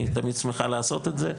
היא תמיד שמחה לעשות את זה,